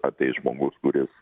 ateis žmogus kuris